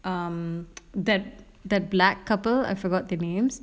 um that that black couple I forgot their names